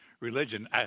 Religion